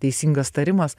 teisingas tarimas